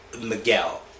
Miguel